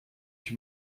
ich